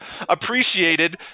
appreciated